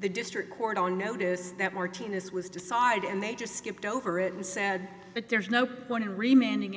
the district court on notice that martinez was decided and they just skipped over it and sad but there's no one remaining